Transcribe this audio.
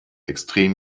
extrem